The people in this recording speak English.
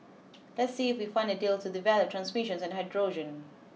let's see we find a deal to develop transmissions and hydrogen